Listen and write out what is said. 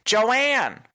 Joanne